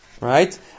Right